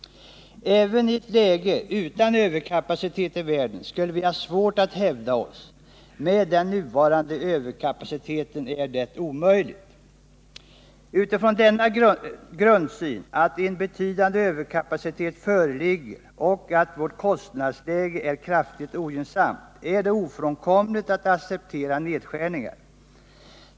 Även i ett läge utan överkapacitet i världen skulle vi ha svårt att hävda oss. Med den nuvarande överkapaciteten är det omöjligt. Utifrån denna grundsyn —-att en betydande överkapacitet föreligger och att vårt kostnadsläge är kraftigt ogynnsamt — är det ofrånkomligt att acceptera nedskärningar.